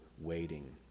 waiting